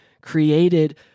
created